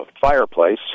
Fireplace